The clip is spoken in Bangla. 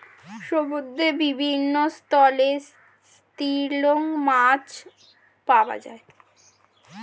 সমুদ্রের বিভিন্ন স্তরে হিংস্র মাছ পাওয়া যায়